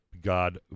God